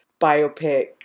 biopic